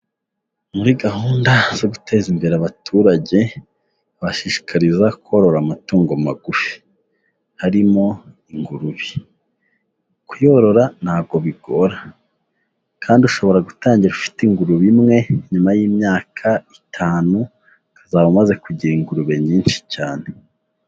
Muri gahunda zo guteza imbere abaturage bashishikarizwa korora amatungo magufi harimo ingurube, kuyorora ntago bigora kandi ushobora gutangira ufite ingurube imwe, nyuma y'imyaka itanu ukazaba umaze kugira ingurube nyinshi cyane.